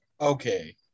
okay